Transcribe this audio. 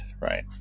Right